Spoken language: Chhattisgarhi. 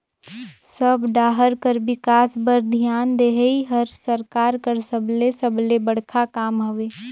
सब डाहर कर बिकास बर धियान देहई हर सरकार कर सबले सबले बड़खा काम हवे